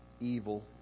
Evil